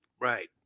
Right